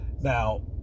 Now